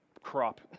crop